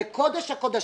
בקודש הקודשים.